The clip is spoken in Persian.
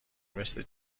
مثل